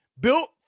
Built